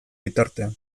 bitartean